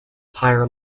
higher